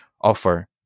offer